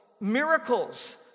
miracles